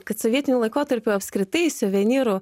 kad sovietiniu laikotarpiu apskritai suvenyrų